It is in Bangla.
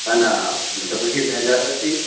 না না মোটামুটি বেনারসি